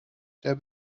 der